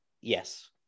Yes